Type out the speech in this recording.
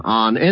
on